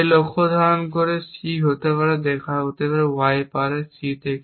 এই লক্ষ্য ধারণ করে c হতে পারে দেখা y পারে c থেকে